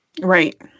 Right